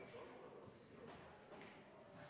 statsråd